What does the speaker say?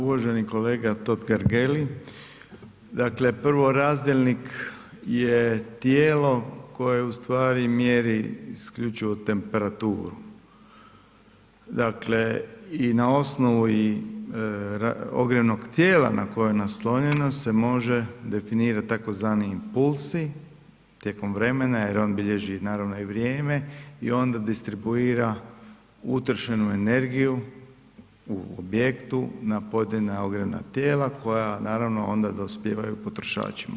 Uvaženi kolega Totgergeli, dakle prvo razdjelnik je tijelo koje ustvari mjeri isključivo temperaturu, dakle i na osnovu i ogrjevnog tijela na koje je naslonjeno se može definirati tzv. impulsi tijekom vremena jer on bilježi naravno i vrijeme i onda distribuira utrošenu energiju u objektu na pojedina ogrjevna tijela koja naravno onda dospijevaju potrošačima.